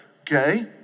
okay